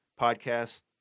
podcast